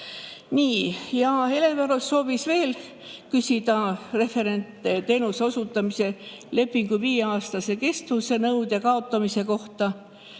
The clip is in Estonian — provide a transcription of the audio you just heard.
saama. Hele Everaus soovis veel küsida referentteenuse osutamise lepingu viieaastase kestvuse nõude kaotamise kohta.